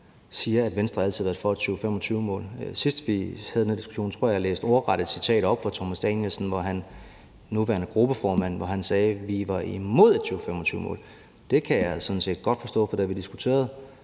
siger, at Venstre altid har været for et 2025-mål. Sidst vi havde den her diskussion, tror jeg at jeg ordret læste et citat op af Thomas Danielsen, nuværende gruppeformand, hvor han sagde: Vi er imod et 2025-mål. Og det kan jeg sådan set godt forstå, for da vi diskuterede